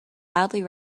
loudly